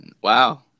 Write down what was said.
Wow